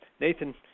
Nathan